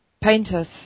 painters